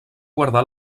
guardar